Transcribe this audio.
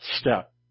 step